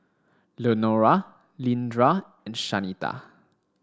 Leonora Leandra and Shanita